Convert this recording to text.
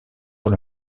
dans